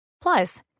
Plus